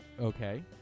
Okay